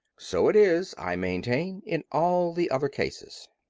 so it is, i maintain, in all the other cases.